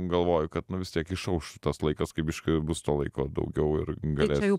galvoju kad nu vis tiek išauš tas laikas kai biškį bus to laiko daugiau ir galėsiu